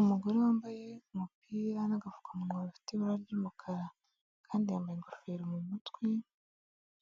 Umugore wambaye umupira n'agafukamunwa gafite ibara ry'umukara kandi yambaye ingofero mu mutwe,